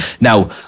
Now